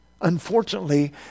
Unfortunately